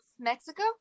Mexico